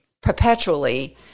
perpetually